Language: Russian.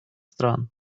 стран